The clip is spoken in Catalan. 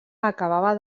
acabava